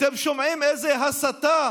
אתם שומעים איזה הסתה,